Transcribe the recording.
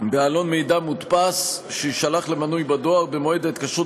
בעלון מידע מודפס שיישלח למנוי בדואר במועד ההתקשרות